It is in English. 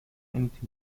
anything